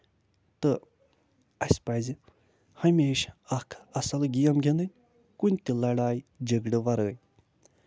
تہٕ اَسہِ پَزِ ہَمیشہٕ اکھ اَصٕل گٮ۪م گِندٕنۍ کُنہِ تہِ لَڈے جَگڈٕ وَرٲے